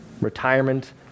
Retirement